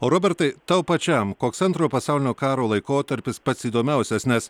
o robertai tau pačiam koks antro pasaulinio karo laikotarpis pats įdomiausias nes